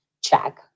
check